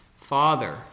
Father